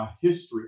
History